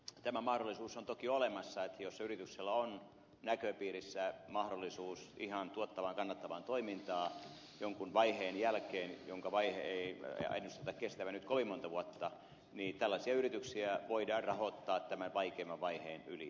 tämä mahdollisuus on toki olemassa että jos yrityksellä on näköpiirissä mahdollisuus ihan tuottavaan kannattavaan toimintaan jonkun vaiheen jälkeen jonka ei ennusteta kestävän nyt kovin monta vuotta niin tällaisia yrityksiä voidaan rahoittaa tämän vaikeimman vaiheen ylitse